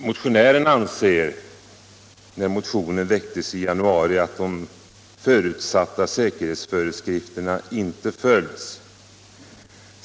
Motionären ansåg, när motionen väcktes i januari, att de förutsatta säkerhetsföreskrifterna inte följts.